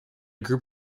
group